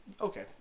Okay